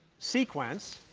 sequence